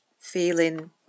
feeling